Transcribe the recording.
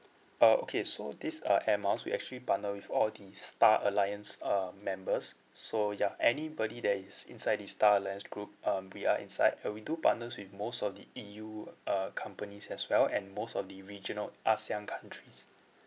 uh okay so this uh air miles we actually partner with all the star alliance uh members so ya anybody that is inside the star alliance group um we are inside uh we do partners with most of the E_U uh companies as well and most of the regional ASEAN countries